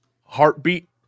heartbeat